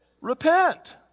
Repent